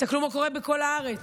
תסתכלו מה קורה בכל הארץ.